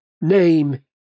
name